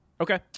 Okay